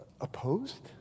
Opposed